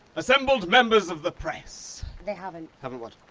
assembled members of the press! they haven't. haven't what?